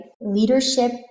Leadership